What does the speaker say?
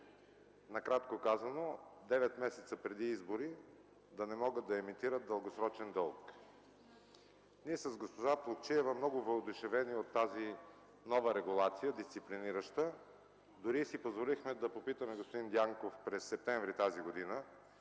накратко казано, 9 месеца преди избори да не могат да емитират дългосрочен дълг. Ние с госпожа Плугчиева, много въодушевени от тази нова дисциплинираща регулация, дори си позволихме да попитаме господин Дянков през септември т.г.